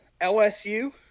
LSU